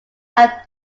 have